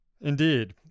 indeed